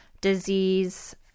disease